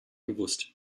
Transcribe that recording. gewusst